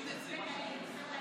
הם רוצים לפצל.